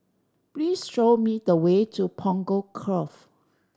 please show me the way to Punggol Cove